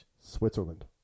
Switzerland